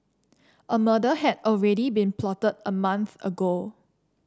a murder had already been plotted a month ago